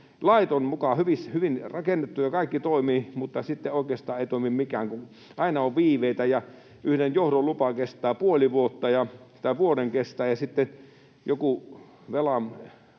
Lait on muka hyvin rakennettu ja kaikki toimii, mutta sitten oikeastaan ei toimi mikään, kun aina on viiveitä ja yhden johdon lupa kestää vuoden, ja sitten joku